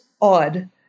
odd